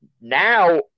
now